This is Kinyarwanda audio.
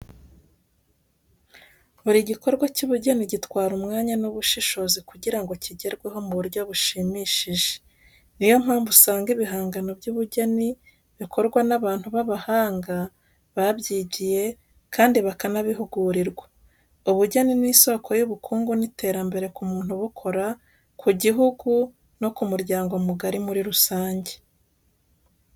Buri gikorwa cy'ubugeni gitwara umwanya n'ubushishozi kugira ngo kigerweho mu buryo bushimishije. Ni yo mpamvu usanga ibihangano by'ubugeni bikorwa n'abantu b'abahanga, babyigiye kandi bakanabihugurirwa. Ubugeni ni isoko y'ubukungu n'iterambere ku muntu ubukora, ku gihugu no ku muryango mugari muri rusange.